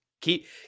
Keep